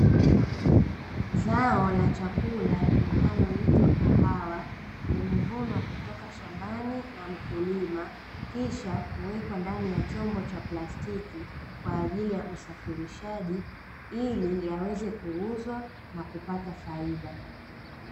Zao la chakula linaloitwa kahawa, limevunwa kutoka shambani na mkulima, kisha kuwekwa ndani ya chombo cha plastiki, kwa ajili ya usafirishaji ili yaweze kuuzwa na kupata faida.